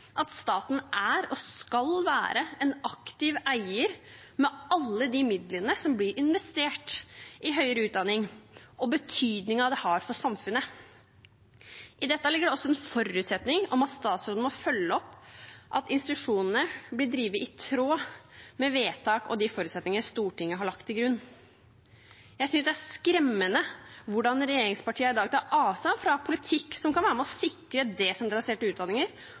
at staten er – og skal være – en aktiv eier, med alle de midlene som blir investert i høyere utdanning, og den betydningen det har for samfunnet. I dette ligger det også en forutsetning om at statsråden må følge opp at institusjonene blir drevet i tråd med de vedtak og de forutsetninger Stortinget har lagt til grunn. Jeg synes det er skremmende hvordan regjeringspartiene i dag tar avstand fra politikk som kan være med på å sikre desentraliserte utdanninger